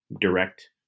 direct